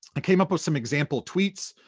i came up with some example tweets.